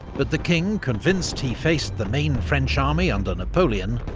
but the king, convinced he faced the main french army under napoleon,